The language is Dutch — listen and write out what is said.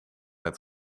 het